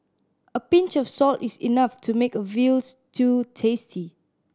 a pinch of salt is enough to make a veal stew tasty